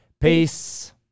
Peace